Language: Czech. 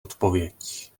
odpověď